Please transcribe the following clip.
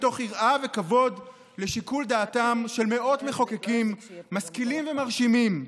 מתוך יראה וכבוד לשיקול דעתם של מאות מחוקקים משכילים ומרשימים,